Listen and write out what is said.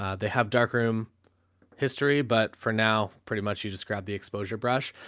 ah they have dark room history, but for now pretty much you just grabbed the exposure brush.